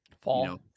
fall